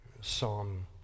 Psalm